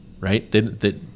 right